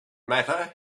matter